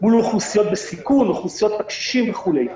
מול אוכלוסיות בסיכון, אוכלוסיית הקשישים וכולי.